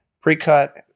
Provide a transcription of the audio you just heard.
pre-cut